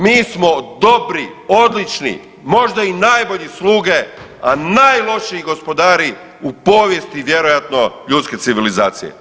Mi smo dobri, odlični, možda i najbolji sluge, a najlošiji gospodari u povijesti vjerojatno ljudske civilizacije.